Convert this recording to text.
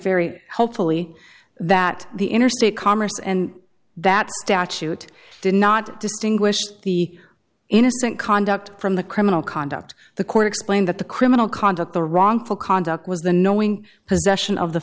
very helpfully that the interstate commerce and that statute did not distinguish the innocent conduct from the criminal conduct the court explained that the criminal conduct the wrongful conduct was the knowing possession of the